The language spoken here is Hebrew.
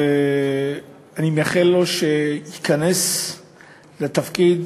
ואני מאחל לו שייכנס לתפקיד